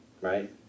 Right